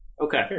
Okay